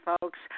folks